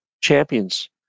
Champions